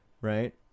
right